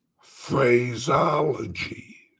phraseology